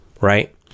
right